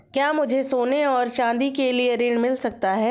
क्या मुझे सोने और चाँदी के लिए ऋण मिल सकता है?